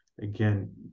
again